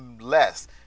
less